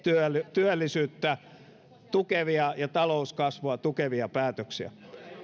työllisyyttä tukevia ja talouskasvua tukevia päätöksiä